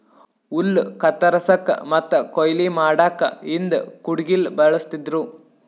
ಹುಲ್ಲ್ ಕತ್ತರಸಕ್ಕ್ ಮತ್ತ್ ಕೊಯ್ಲಿ ಮಾಡಕ್ಕ್ ಹಿಂದ್ ಕುಡ್ಗಿಲ್ ಬಳಸ್ತಿದ್ರು